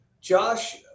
Josh